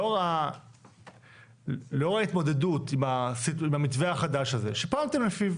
לאור ההתמודדות עם המתווה החדש הזה שפעלתם לפיו